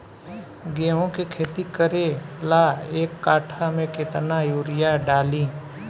गेहूं के खेती करे ला एक काठा में केतना युरीयाँ डाली?